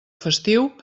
festiu